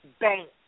bank